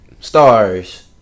Stars